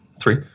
Three